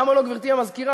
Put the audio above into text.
למה לא, גברתי המזכירה?